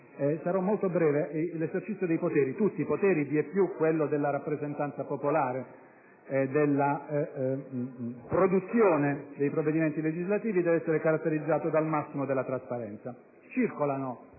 Sarò molto breve. Tutti i poteri, vieppiù quello della rappresentanza popolare e della produzione dei provvedimenti legislativi, devono essere caratterizzati dal massimo della trasparenza. Circolano